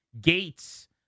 Gates